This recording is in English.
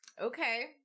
Okay